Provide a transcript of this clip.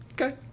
Okay